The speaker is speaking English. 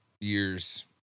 year's